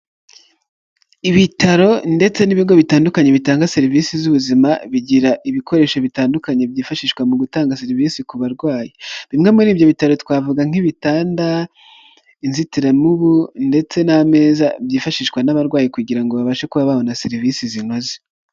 Ibitaro ndetse n'ibigo bitandukanye bitanga serivisi z'ubuzima, bigira ibikoresho bitandukanye byifashishwa mu gutanga serivisi ku barwayi, bimwe muri ibyo bitaro twavuga nk'ibitanda, inzitiramubu ndetse n'ameza byifashishwa n'abarwayi, kugira ngo babashe kuba babona serivisi zinoze.